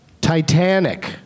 Titanic